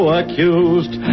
accused